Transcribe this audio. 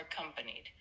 accompanied